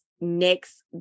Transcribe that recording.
next